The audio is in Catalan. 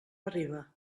arriba